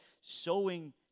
sowing